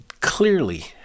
clearly